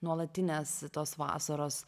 nuolatinės tos vasaros